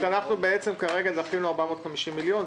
המשמעות היא שאנחנו כרגע דחינו 450 מיליון?